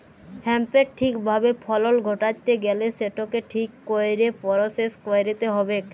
হ্যাঁম্পের ঠিক ভাবে ফলল ঘটাত্যে গ্যালে সেটকে ঠিক কইরে পরসেস কইরতে হ্যবেক